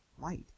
light